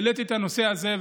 העליתי את הנושא הזה,